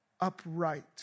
upright